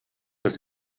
das